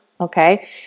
Okay